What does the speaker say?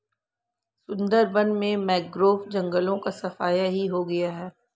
सुंदरबन में मैंग्रोव जंगलों का सफाया ही हो गया है